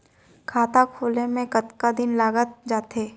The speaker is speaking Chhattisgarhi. खाता खुले में कतका दिन लग जथे?